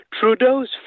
Trudeau's